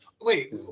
Wait